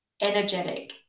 energetic